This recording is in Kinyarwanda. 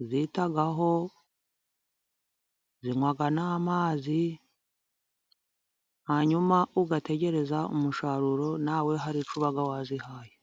uzitaho, zinwa n'amazi, hanyuma ugategereza umusaruro nawe hari icyo uba wazihaye.